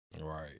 right